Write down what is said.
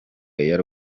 air